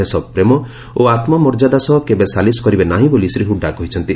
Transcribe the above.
ଦେଶପ୍ରେମ ଓ ଆତ୍ମମର୍ଯ୍ୟାଦା ସହ କେବେ ସାଲିସ୍ କରିବେ ନାହିଁ ବୋଲି ଶ୍ରୀ ହୁଡା କହିଛନ୍ତି